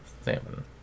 Seven